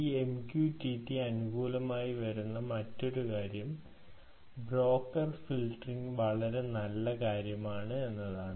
ഈ MQTT ന് അനുകൂലമായി വരുന്ന മറ്റൊരു കാര്യം ബ്രോക്കർ ഫിൽട്ടറിംഗ് വളരെ നല്ല കാര്യമാണ്